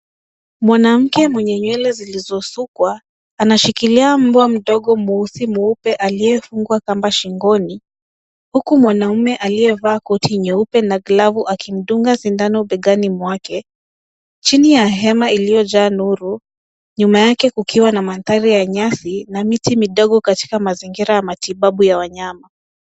Mwanamke mwenye nywele zilizo sukwa anashikilia mbwa mdogo mweusi mweupe aliyefungwa kamba shingoni huku mwanamume aliyevaa koti nyeupe na glavu akimdunga sindano begani mwake. Chini ya hema iliyo jaa nuru nyuma yake kukiwa na mandhari ya nyasi na miti midogo katika mazingira ya matibabu ya wanyama.